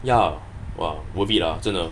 ya !wah! worth it ah 真的